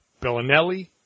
Bellinelli